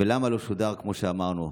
ולמה לא שודר, כמו שאמרנו.